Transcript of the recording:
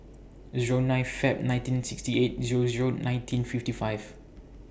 Zero nine Feb nineteen sixty eight Zero Zero nineteen fifty five